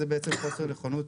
זה בעצם חוסר נכונות,